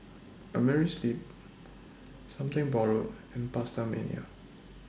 Amerisleep Something Borrowed and PastaMania